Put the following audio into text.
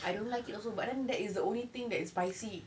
I don't like it also but then that is the only thing that is spicy